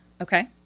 okay